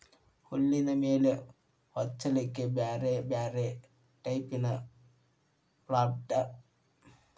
ಹುಲ್ಲಿನ ಮೇಲೆ ಹೊಚ್ಚಲಿಕ್ಕೆ ಬ್ಯಾರ್ ಬ್ಯಾರೆ ಟೈಪಿನ ಪಪ್ಲಾಸ್ಟಿಕ್ ಗೋಳು ಸಿಗ್ತಾವ